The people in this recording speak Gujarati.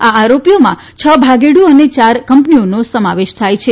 આ આરોપીઓમાં છ ભાગેડું અને ચાર કંપનીઓનો સમાવેશ થાય છે